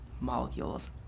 molecules